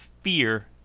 fear